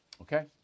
Okay